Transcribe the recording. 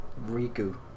Riku